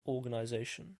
organization